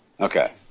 Okay